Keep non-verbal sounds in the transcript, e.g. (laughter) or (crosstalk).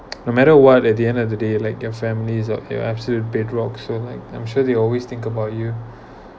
no matter what at the end of the day like their families of your absolute bedrock so like I'm sure they always think about you (breath)